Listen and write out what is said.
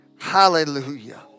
Hallelujah